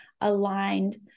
aligned